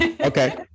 okay